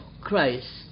Christ